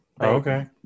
okay